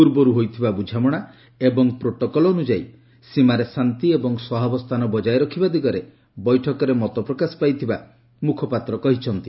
ପୂର୍ବରୁ ହୋଇଥିବା ବୁଝାମଣ ଏବଂ ପ୍ରୋଟୋକଲ୍ ଅନୁଯାୟୀ ସୀମାରେ ଶାନ୍ତି ଏବଂ ସହାବସ୍ଥାନ ବଜାୟ ରଖିବା ଦିଗରେ ବୈଠକରେ ମତ ପ୍ରକାଶ ପାଇଥିବା ମୁଖପାତ୍ର କହିଛନ୍ତି